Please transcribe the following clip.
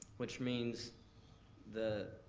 which means the